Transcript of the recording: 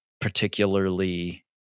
particularly